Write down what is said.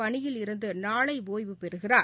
பணியில் இருந்து நாளை ஒய்வு பெறுகிறார்